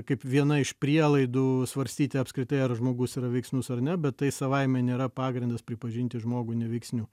kaip viena iš prielaidų svarstyti apskritai ar žmogus yra veiksnus ar ne bet tai savaime nėra pagrindas pripažinti žmogų neveiksniu